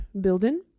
building